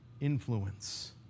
influence